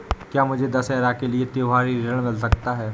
क्या मुझे दशहरा के लिए त्योहारी ऋण मिल सकता है?